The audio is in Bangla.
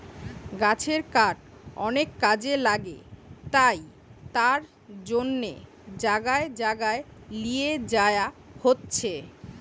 গাছের কাঠ অনেক কাজে লাগে তাই তার জন্যে জাগায় জাগায় লিয়ে যায়া হচ্ছে